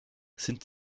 sind